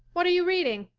what are you reading?